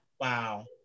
Wow